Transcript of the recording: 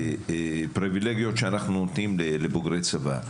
מפריבילגיות שאנחנו נותנים לבוגרי צבא.